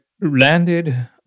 landed